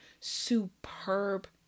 superb